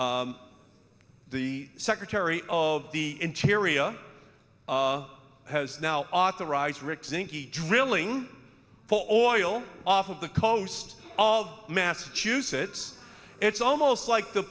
the secretary of the interior has now authorize rick sinky drilling for oil off of the coast of massachusetts it's almost like the